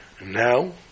now